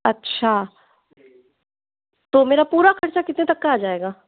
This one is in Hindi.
अच्छा तो मेरा पूरा खर्चा कितने तक का आ जाएगा